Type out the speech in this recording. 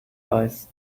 weiß